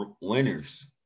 winners